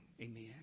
amen